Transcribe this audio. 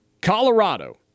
Colorado